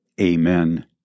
amen